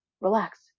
Relax